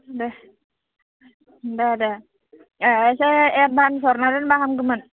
दे दे दे ए एसे एडभान्स हरना दोनब्ला हामगोमोन